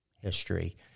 history